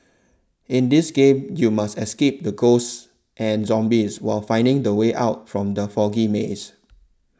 in this game you must escape the ghosts and zombies while finding the way out from the foggy maze